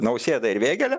nausėdą ir vėgėlę